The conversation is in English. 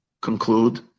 conclude